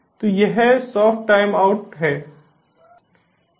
तो यह soft time out है